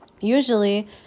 Usually